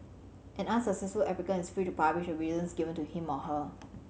an unsuccessful applicant is free to publish the reasons given to him or her